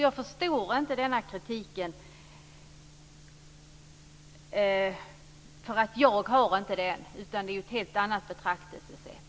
Jag förstår inte kritiken. Jag har inte det synsättet utan ett helt annat betraktelsesätt.